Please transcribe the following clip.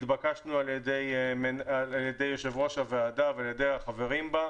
התבקשנו על ידי יושב-ראש הוועדה ועל ידי החברים בה,